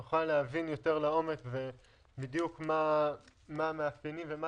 נוכל להבין יותר לעומק מה המאפיינים ומה